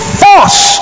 force